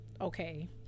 Okay